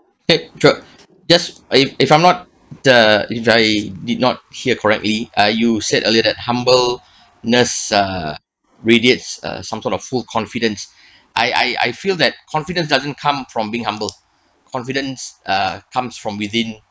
!hey! thra just if if I'm not the if I did not hear correctly uh you said earlier that humbleness uh radiates uh some sort of full confidence I I I feel that confidence doesn't come from being humble confidence uh comes from within